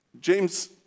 James